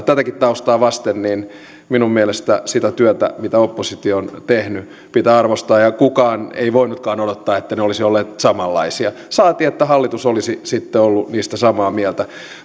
tätäkin taustaa vasten minun mielestäni sitä työtä mitä oppositio on tehnyt pitää arvostaa ja kukaan ei voinutkaan odottaa että ne olisivat olleet samanlaisia saati että hallitus olisi sitten ollut niistä samaa mieltä